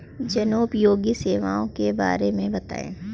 जनोपयोगी सेवाओं के बारे में बताएँ?